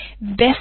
Best